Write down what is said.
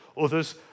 others